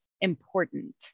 important